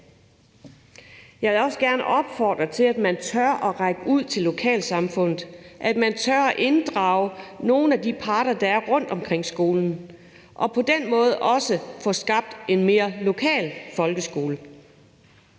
Jeg vil også gerne opfordre til, at man tør at række ud til lokalsamfundet, at man tør at inddrage nogle af de parter, der er rundtomkring skolen, og på den måde også får skabt en mere lokal folkeskole.